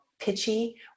Pitchy